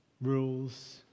rules